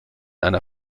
einer